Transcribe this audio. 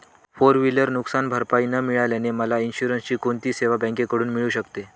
Four wheeler नुकसानभरपाई न मिळाल्याने मला इन्शुरन्सची कोणती सेवा बँकेकडून मिळू शकते?